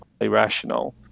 irrational